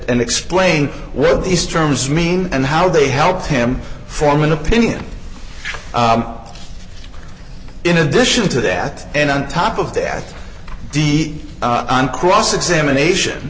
and explain where these terms mean and how they helped him form an opinion in addition to that and on top of the ad d on cross examination